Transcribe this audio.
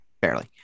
Barely